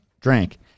drank